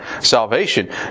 salvation